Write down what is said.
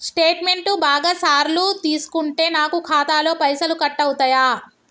Statement బాగా సార్లు తీసుకుంటే నాకు ఖాతాలో పైసలు కట్ అవుతయా?